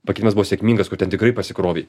pakeitimas buvo sėkmingas kur ten tikrai pasikrovei